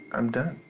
i'm done.